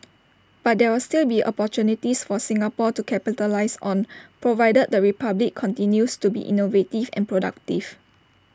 but there will still be opportunities for Singapore to capitalise on provided the republic continues to be innovative and productive